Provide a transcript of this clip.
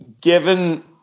given